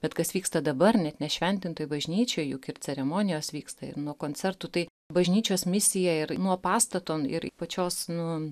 bet kas vyksta dabar net nešventintoj bažnyčioj juk ir ceremonijos vyksta ir nu koncertų tai bažnyčios misija ir nuo pastato ir pačios nu